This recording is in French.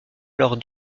lors